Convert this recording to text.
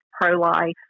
pro-life